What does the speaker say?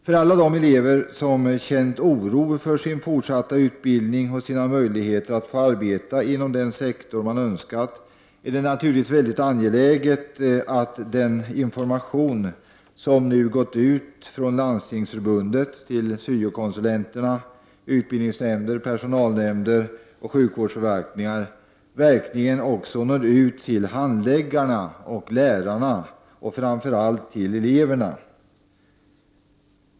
För alla de elever som känt oro för sin fortsatta utbildning och sina möjligheter att få arbeta inom den sektor de önskar, är det naturligtvis mycket angeläget att den information som gått ut från Landstingsförbundet till syokonsulenterna, utbildningsnämnder, personalnämnder och sjukvårdsförvaltningar verkligen också når ut till handläggarna, lärarna och framför allt eleverna.